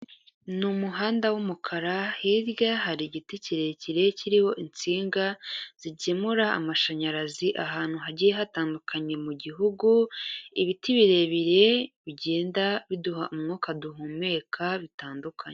Ni umuhanda w'umukara hirya hari igiti kirekire kirimo insinga zigemura amashanyarazi ahantu hagiye hatandukanye mu gihugu ibiti, birebire bigenda biduha umwuka duhumeka bitandukanye.